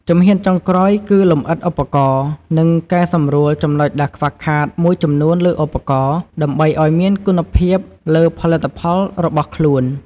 ជំហានចុងក្រោយគឺលំអិតឧបករណ៍ និងកែសម្រួលចំណុចដែលខ្វះខាតមួយចំនួនលើឧបករណ៍ ដើម្បីឲ្យមានគុណភាពលើផលិតផលរបស់ខ្លួន។